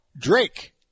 Drake